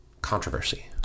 controversy